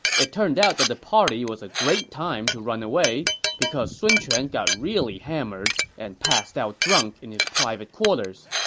it turned out that the party was a good time to run away, because sun quan got really hammered and passed out drunk in his private quarters.